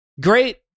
Great